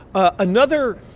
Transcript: ah another